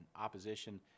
opposition